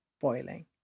boiling